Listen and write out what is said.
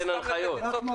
הנחיות.